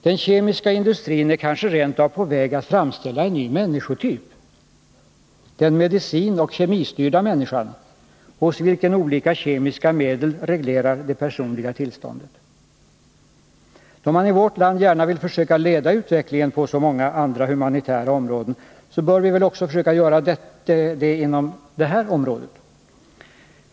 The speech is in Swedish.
Den kemiska industrin är kanske rent av på väg att framställa en ny människotyp — den medicinoch kemistyrda människan — hos vilken olika kemiska medel reglerar det personliga tillståndet. Då man i vårt land gärna vill försöka leda utvecklingen på så många andra humanitära områden, bör vi väl också försöka göra det inom detta område.